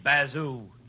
bazoo